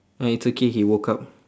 oh it's okay he woke up